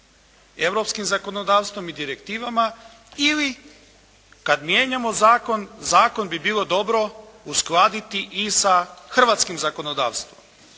europskim zakonodavstvom i direktivama ili kad mijenjamo zakon, zakon bi bilo dobro uskladiti i sa hrvatskim zakonodavstvom.